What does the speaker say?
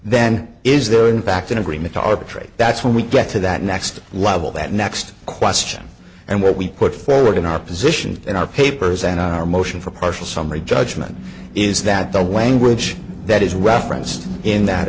then is there in fact an agreement to arbitrate that's when we get to that next level that next question and where we put forward in our position in our papers and on our motion for partial summary judgment is that the language that is referenced in that